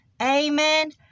Amen